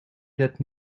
that